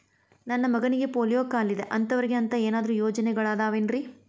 ನನ್ನ ಮಗನಿಗ ಪೋಲಿಯೋ ಕಾಲಿದೆ ಅಂತವರಿಗ ಅಂತ ಏನಾದರೂ ಯೋಜನೆಗಳಿದಾವೇನ್ರಿ?